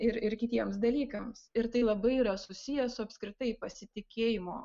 ir ir kitiems dalykams ir tai labai yra susiję su apskritai pasitikėjimo